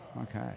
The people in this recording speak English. Okay